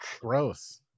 gross